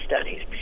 studies